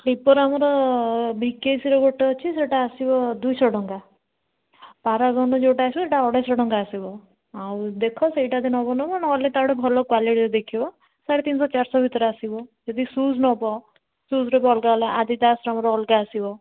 sleeper ଆମର ଭିକେସିର ଗୋଟେ ଅଛି ସେଇଟା ଆସିବ ଦୁଇଶହ ଟଙ୍କା ପାରାଗନ୍ର ଯେଉଁଟା ଆସିବ ସେଇଟା ଅଢ଼େଇଶହ ଟଙ୍କା ଆସିବ ଆଉ ଦେଖ ସେଇଟା ଯଦି ନବ ନବ ନହେଲେ ତା'ଠୁ ଭଲ କ୍ଵାଲିଟି ଦେଖିବ ସାଢ଼େ ତିନିଶହ ଚାରିଶହ ଭିତରେ ଆସିବ ଯଦି ସୁଜ୍ ନବ ସୁଜ୍ର ବି ଅଲଗା ଅଲଗା ଆଦିଦାସ୍ର ଆମର ଅଲଗା ଆସିବ